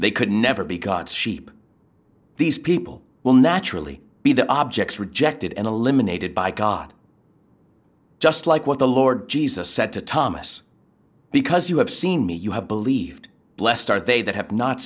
they could never be god's sheep these people will naturally be the objects rejected and eliminated by god just like what the lord jesus said to thomas because you have seen me you have believed blessed are they that have not